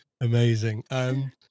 Amazing